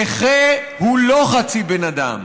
נכה הוא לא חצי בן אדם.